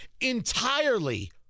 entirely